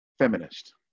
feminist